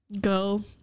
Go